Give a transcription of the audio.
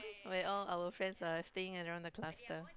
where all our friends are staying around the cluster